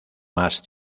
más